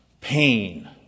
pain